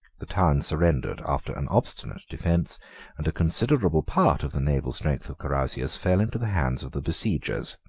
the town surrendered after an obstinate defence and a considerable part of the naval strength of carausius fell into the hands of the besiegers.